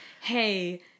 Hey